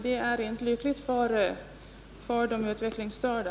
Det vore inte lyckligt för de utvecklingsstörda.